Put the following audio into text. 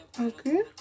Okay